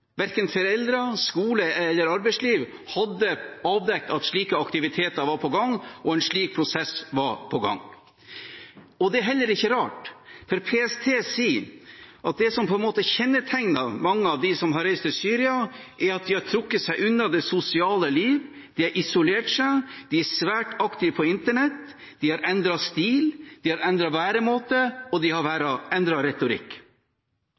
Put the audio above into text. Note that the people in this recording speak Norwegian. Verken foreldre, skole eller arbeidsliv hadde avdekket at slike aktiviteter var på gang, og at en slik prosess var på gang. Det er heller ikke rart, for PST sier at det som kjennetegner mange av dem som har reist til Syria, er at de har trukket seg unna det sosiale liv, de har isolert seg, de er svært aktive på Internett, de har endret stil, de har endret væremåte, og de har endret retorikk.